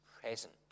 present